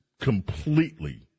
completely